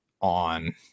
on